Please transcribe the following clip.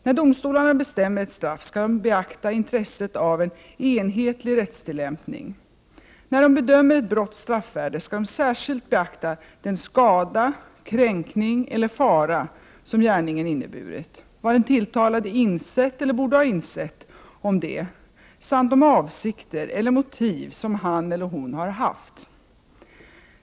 När domstolarna bestämmer ett straff skall de beakta intresset av en enhetlig rättstillämpning. När de bedömer ett brotts straffvärde skall de särskilt beakta den skada, kränkning eller fara som gärningen inneburit, vad den tilltalade insett eller borde ha insett om detta samt de avsikter eller motiv som han eller hon haft.